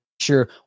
sure